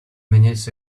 minutes